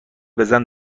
بزن